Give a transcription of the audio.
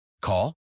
Call